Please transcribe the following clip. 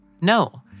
No